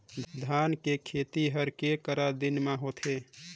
धान के खेती हर के करा दिन म होथे?